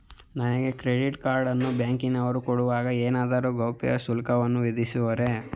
ನನಗೆ credit card ಅನ್ನು ಬ್ಯಾಂಕಿನವರು ಕೊಡುವಾಗ ಏನಾದರೂ ಗೌಪ್ಯ ಶುಲ್ಕವನ್ನು ವಿಧಿಸುವರೇ?